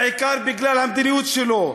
אלא בעיקר בגלל המדיניות שלו,